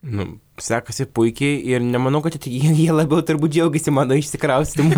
nu sekasi puikiai ir nemanau kad tie tie jie labiau turbūt džiaugėsi mano išsikraustymu